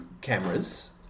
cameras